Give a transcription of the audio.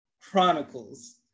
Chronicles